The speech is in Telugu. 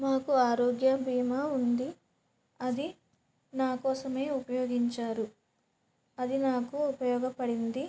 మాకు ఆరోగ్య బీమా ఉంది అది నాకోసమే ఉపయోగించారు అది నాకు ఉపయోగపడింది